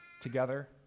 together